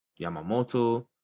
yamamoto